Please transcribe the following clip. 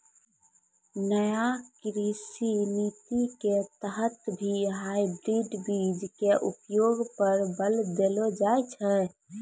नया कृषि नीति के तहत भी हाइब्रिड बीज के उपयोग पर बल देलो जाय छै